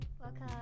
welcome